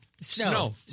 Snow